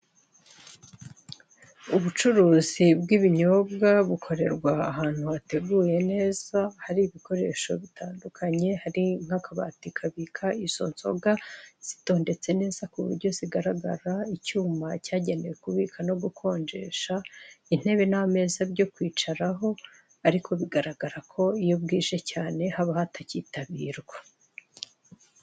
Ubucuruzi bw'ibinyobwa bukorerwa ahantu hateguye neza, hari ibikoresho bitandukanye, hari nk'akabati kabika izo nzoga zitondetse neza ku buryo zigaragara, icyuma cyagenewe kubika no gukonjesha, intebe n'ameza byo kwicaraho, ariko bigaragara ko iyo bwije cyane haba hatakitabirwa.